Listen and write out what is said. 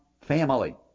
family